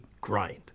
grind